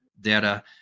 data